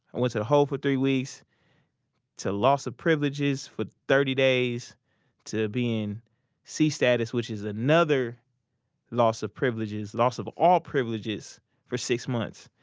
ah hole for three weeks to loss of privileges for thirty days to being c status, which is another loss of privileges, loss of all privileges for six months.